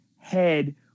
head